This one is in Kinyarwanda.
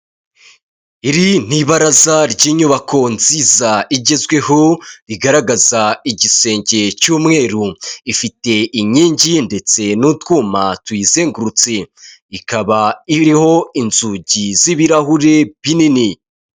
Iri ni ibaraza ry'inyubako nziza igezweho, rigaragaza igisenge cy'umweru, ifite inkingi ndetse n'utwuma tuyizengurutse, ikaba iriho inzugi z'ibirahuri binini.